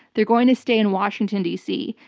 they're going to stay in washington, dc.